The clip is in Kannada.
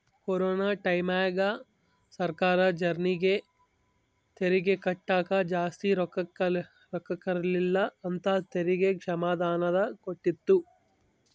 ಕೊರೊನ ಟೈಮ್ಯಾಗ ಸರ್ಕಾರ ಜರ್ನಿಗೆ ತೆರಿಗೆ ಕಟ್ಟಕ ಜಾಸ್ತಿ ರೊಕ್ಕಿರಕಿಲ್ಲ ಅಂತ ತೆರಿಗೆ ಕ್ಷಮಾದಾನನ ಕೊಟ್ಟಿತ್ತು